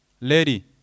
lady